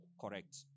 Correct